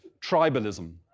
tribalism